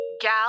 Gal